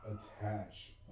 attach